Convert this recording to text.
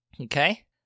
Okay